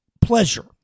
pleasure